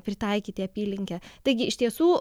pritaikyti apylinkę taigi iš tiesų